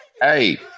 Hey